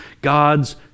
God's